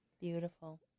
Beautiful